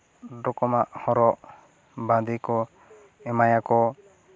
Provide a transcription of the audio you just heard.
ᱨᱚᱠᱚᱢᱟᱜ ᱦᱚᱨᱚᱜ ᱵᱟᱸᱫᱮ ᱠᱚ ᱮᱢᱟᱭᱟ ᱠᱚ